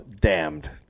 damned